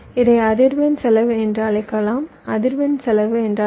இதை அதிர்வெண் செலவு என்று அழைக்கலாம் அதிர்வெண் செலவு என்றால் என்ன